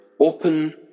open